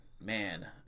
man